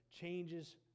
changes